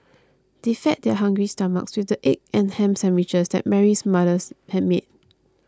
they fed their hungry stomachs with the egg and ham sandwiches that Mary's mother had made